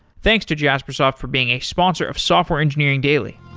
thanks to jaspersoft from being a sponsor of software engineering daily